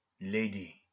Lady